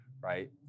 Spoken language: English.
right